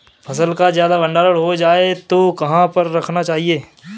फसल का ज्यादा भंडारण हो जाए तो कहाँ पर रखना चाहिए?